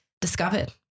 discovered